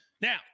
Now